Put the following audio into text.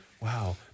wow